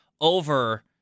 over